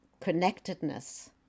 connectedness